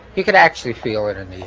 you could actually feel it in